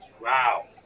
Wow